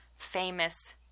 Famous